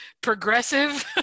progressive